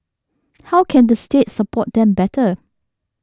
how can the state support them better